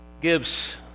gives